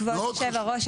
כבוד היושב-ראש,